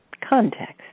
context